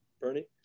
Bernie